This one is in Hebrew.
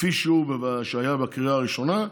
כפי שהיה בקריאה הראשונה.